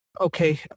Okay